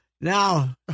Now